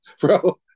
bro